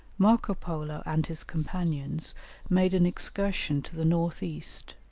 marco polo and his companions made an excursion to the north-east,